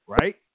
right